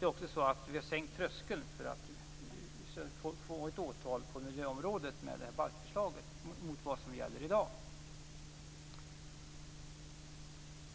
Vi har också sänkt tröskeln för att få ett åtal på miljöområdet med det här balkförslaget jämfört med vad som gäller i dag.